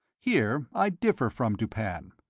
here i differ from dupin.